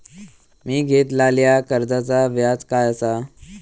मी घेतलाल्या कर्जाचा व्याज काय आसा?